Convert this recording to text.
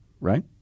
right